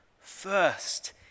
first